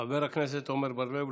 חבר הכנסת עמר בר לב,